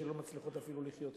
שלא מצליחות אפילו לחיות יום-יום.